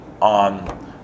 on